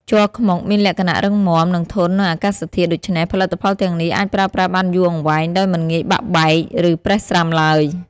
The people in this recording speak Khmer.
ជ័រខ្មុកមានលក្ខណៈរឹងមាំ និងធន់នឹងអាកាសធាតុ ដូច្នេះ ផលិតផលទាំងនេះអាចប្រើប្រាស់បានយូរអង្វែងដោយមិនងាយបាក់បែក ឬប្រេះស្រាំឡើយ។